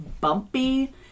bumpy